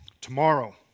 Tomorrow